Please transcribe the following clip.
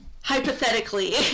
Hypothetically